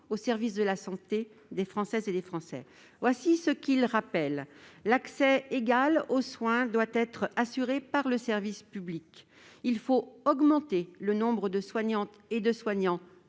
au service de la santé des Françaises et des Français. Voilà ce qu'il rappelle : l'égal accès aux soins doit être assuré par le service public ; il faut augmenter le nombre de soignantes et soignants